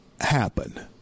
happen